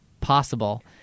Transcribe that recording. possible